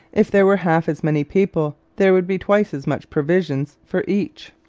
if there were half as many people there would be twice as much provisions for each.